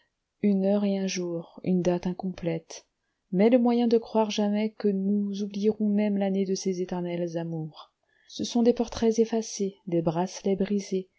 une heure et un jour une date incomplète mais le moyen de croire jamais que nous oublierons même l'année de ces éternelles amours ce sont des portraits effacés des bracelets brisés